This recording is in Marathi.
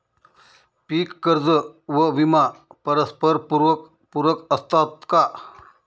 पीक कर्ज व विमा परस्परपूरक असतात का?